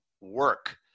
work